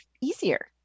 easier